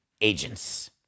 agents